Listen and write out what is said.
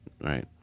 right